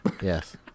Yes